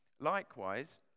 likewise